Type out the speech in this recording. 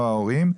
או ההורים,